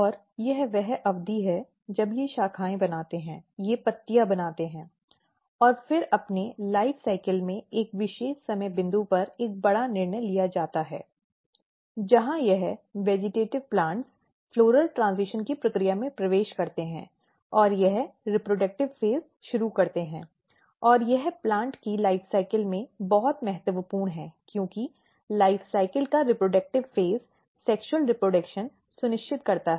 और यह वह अवधि है जब ये शाखाएं बनाते हैं ये पत्तियां बनाते हैं और फिर अपने जीवन चक्र में एक विशेष समय बिंदु पर एक बड़ा निर्णय लिया जाता है जहां यह वेजिटेटिव़ पौधे फ़्लॉरल ट्रेन्ज़िशन की प्रक्रिया में प्रवेश करते हैं और यह रीप्रडक्टिव फ़ेज़ शुरू करते हैं और यह पौधे के जीवन चक्र में बहुत महत्वपूर्ण है क्योंकि जीवन चक्र का रीप्रडक्टिव फ़ेज़ सेक्शुअल् रीप्रडक्शन सुनिश्चित करता है